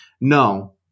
no